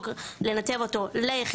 ומאוד לא אהבו לתת שירות.